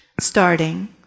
starting